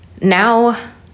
now